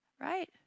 right